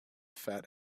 fat